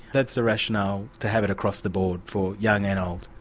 that's the rationale to have it across the board for young and old.